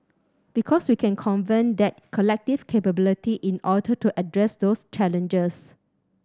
because we can convene that collective capability in order to address those challenges